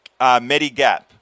Medigap